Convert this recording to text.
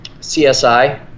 CSI